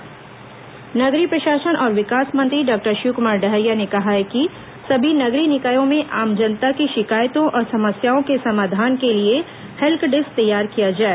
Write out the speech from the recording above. नगरीय प्रशासन समीक्षा बैठक नगरीय प्रशासन और विकास मंत्री डॉक्टर शिवकुमार डहरिया ने कहा है कि सभी नगरीय निकायों में आम जनता की शिकायतों और समस्याओं के समाधान के लिए हेल्क डेस्क तैयार किया जाए